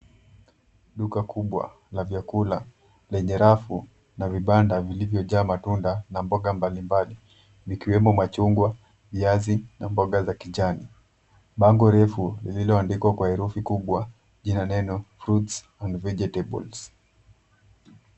Duka kubwa la vyakula lenye rafu na vibanda vilivyojaa matunda na mboga mbalimbali, vikiwemo machungwa, viazi na mboga za kijani. Bango refu lililoandikwa kwa herufi kubwa jina neno fruits and vegetables .